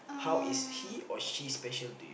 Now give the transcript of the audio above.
um